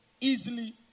easily